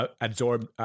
absorbed